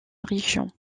région